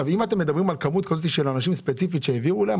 אם אתם מדברים על כמות כזו של אנשים ספציפיים שהעבירו להם,